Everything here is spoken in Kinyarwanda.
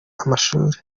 amashuri